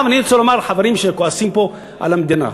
עכשיו אני רוצה לומר לחברים שכועסים פה על המדינה,